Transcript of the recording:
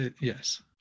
Yes